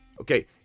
Okay